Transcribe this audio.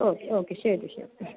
okay okay ശരി ശരി